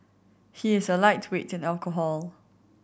he is a lightweight in alcohol